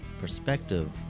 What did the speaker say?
perspective